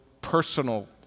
personal